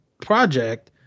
project